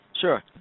Sure